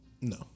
No